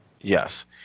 Yes